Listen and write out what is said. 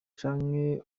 canke